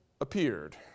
appeared